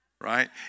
right